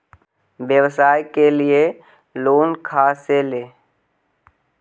व्यवसाय के लिये लोन खा से ले?